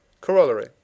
Corollary